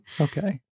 okay